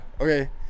Okay